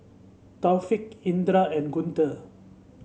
Taufik Indra and Guntur